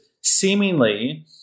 seemingly